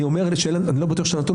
אני לא בטוח שיש,